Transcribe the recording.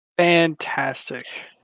Fantastic